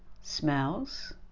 smells